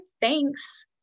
Thanks